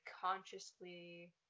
consciously